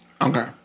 Okay